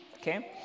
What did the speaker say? okay